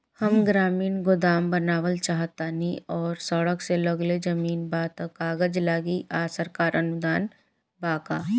हम ग्रामीण गोदाम बनावल चाहतानी और सड़क से लगले जमीन बा त का कागज लागी आ सरकारी अनुदान बा का?